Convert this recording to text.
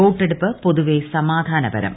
വോട്ടെടുപ്പ് പൊതുവെ സമാധാനപരം